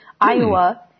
Iowa